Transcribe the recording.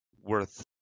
worth